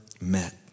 met